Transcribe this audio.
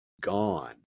gone